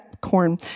corn